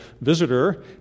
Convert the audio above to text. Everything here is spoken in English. visitor